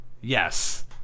Yes